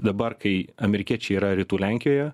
dabar kai amerikiečiai yra rytų lenkijoje